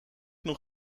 nog